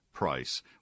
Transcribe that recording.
price